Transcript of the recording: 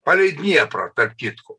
palei dnieprą tarp kitko